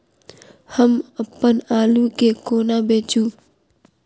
हम अप्पन आलु केँ कोना बेचू?